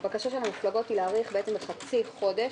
הבקשות של המפלגות הן להאריך בעצם בחצי חודש,